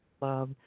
love